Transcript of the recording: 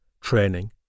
training